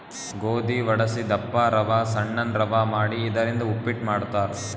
ಗೋಧಿ ವಡಸಿ ದಪ್ಪ ರವಾ ಸಣ್ಣನ್ ರವಾ ಮಾಡಿ ಇದರಿಂದ ಉಪ್ಪಿಟ್ ಮಾಡ್ತಾರ್